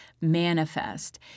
manifest